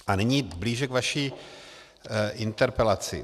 A nyní blíže k vaší interpelaci.